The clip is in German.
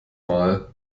mal